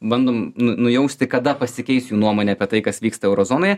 bandom nu nujausti kada pasikeis jų nuomonė apie tai kas vyksta euro zonoje